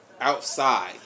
outside